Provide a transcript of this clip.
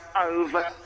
over